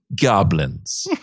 goblins